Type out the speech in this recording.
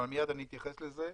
אבל מיד אני אתייחס לזה.